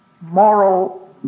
moral